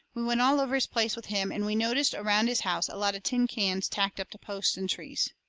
we went all over his place with him, and we noticed around his house a lot of tin cans tacked up to posts and trees.